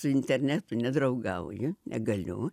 su internetu nedraugauju negaliu